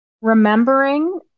Remembering